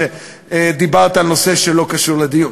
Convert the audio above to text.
על שדיברת על נושא שלא קשור לדיון.